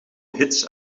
hits